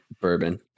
bourbon